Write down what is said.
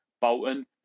Bolton